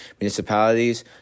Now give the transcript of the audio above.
Municipalities